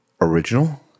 original